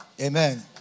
Amen